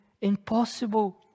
impossible